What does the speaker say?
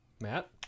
Matt